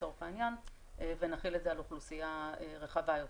לצורך העניין ונחיל את זה על אוכלוסייה רחבה יותר.